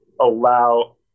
allow